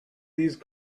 these